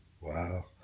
Wow